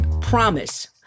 promise